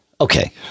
Okay